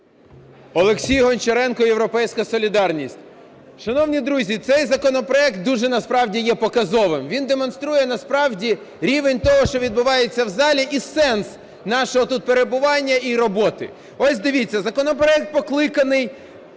Олексій Гончаренко, "Європейська солідарність". Шановні друзі, цей законопроект дуже насправді є показовим, він демонструє насправді рівень того, що відбувається в залі і сенс нашого тут перебування і роботи. Ось дивіться, законопроект покликаний